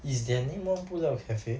is their name 忘不了 cafe